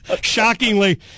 Shockingly